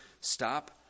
stop